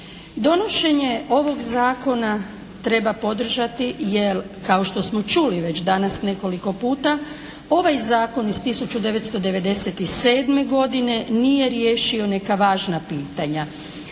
Donošenje ovog zakona treba podržati jer kao što smo čuli već danas nekoliko puta ovaj zakon iz 1997. godine nije riješio neka važna pitanja.